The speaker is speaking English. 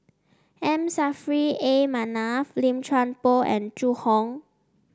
M Saffri A Manaf Lim Chuan Poh and Zhu Hong